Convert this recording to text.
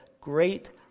great